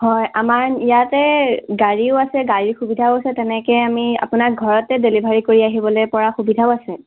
হয় আমাৰ ইয়াতে গাড়ীও আছে গাড়ীৰ সুবিধাও আছে তেনেকে আমি আপোনাক ঘৰতে ডেলিভাৰী কৰি আহিবলে পৰা সুবিধাও আছে